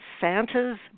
Santa's